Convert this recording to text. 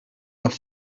leurs